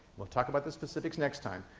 we'll talk about the specifics next time,